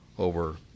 over